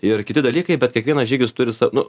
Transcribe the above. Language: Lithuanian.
ir kiti dalykai bet kiekvienas žygis turi sa nu